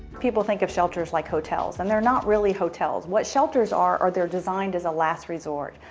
people think of shelters like hotels and they're not really hotels. what shelters are, are they're designed as a last resort,